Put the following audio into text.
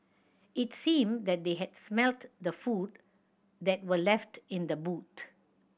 it seemed that they had smelt the food that were left in the boot